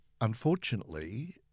unfortunately